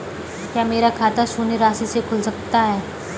क्या मेरा खाता शून्य राशि से खुल सकता है?